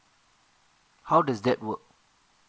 how does that work